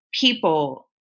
people